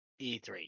E3